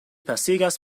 pasigas